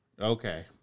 Okay